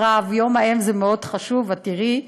מירב, יום האם זה מאוד חשוב, את תראי.